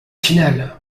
final